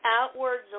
outwards